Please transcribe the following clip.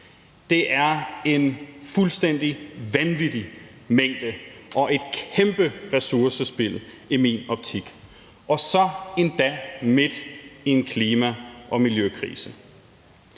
Det er en fuldstændig vanvittig mængde og et kæmpe ressourcespild i min optik og så endda midt i en klima- og miljøkrise.